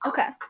Okay